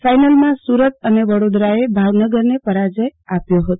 ફાઈનલમાં સુરત એ વડો દરાએ ભાવનગરને પરાજય આપ્યો હતો